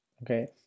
Okay